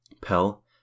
pell